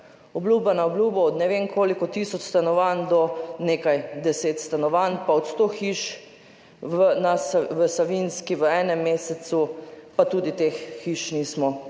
obljuba na obljubo, od ne vem koliko tisoč stanovanj do nekaj deset stanovanj, pa od 100 hiš v Savinjski [regiji] v enem mesecu, pa tudi teh hiš nismo videli